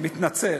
מתנצל.